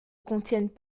contiennent